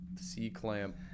C-clamp